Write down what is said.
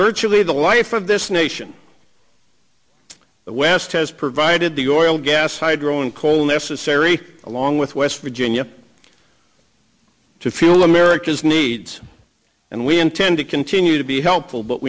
virtually the life of this nation the west has provided the oil gas hydro and coal necessary along with west virginia to fuel america's needs and we intend to continue to be helpful but